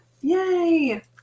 Yay